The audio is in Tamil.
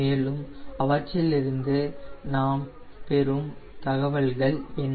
மேலும் அவற்றிலிருந்து நாம் பெறும் தகவல்கள் என்ன